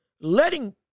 letting